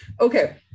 Okay